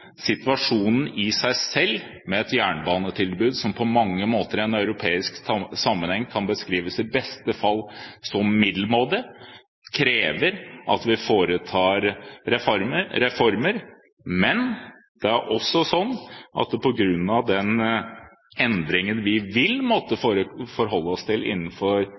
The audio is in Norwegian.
Situasjonen i seg selv, med et jernbanetilbud som i europeisk sammenheng i beste fall kan beskrives som middelmådig, krever at vi gjennomfører reformer. Men på grunn av den endringen vi vil måtte forholde oss til – innenfor